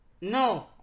No